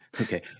Okay